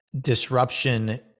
disruption